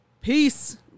peace